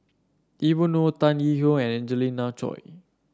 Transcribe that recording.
Evon Kow Tan Yee Hong and Angelina Choy